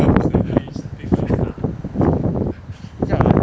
叫我来